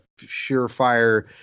surefire